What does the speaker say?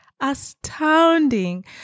astounding